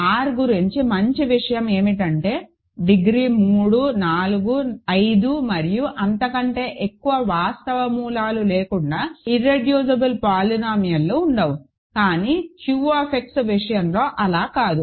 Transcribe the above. R గురించి మంచి విషయం ఏమిటంటే డిగ్రీ 3 4 5 మరియు అంతకంటే ఎక్కువ వాస్తవ మూలాలు లేకుండా ఇర్రెడ్యూసిబుల్ పోలినామియల్లు ఉండవు కానీ Q X విషయంలో అలా కాదు